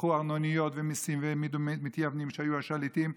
לקחו ארנוניות ומיסים והעמידו מתייוונים שהיו השליטים,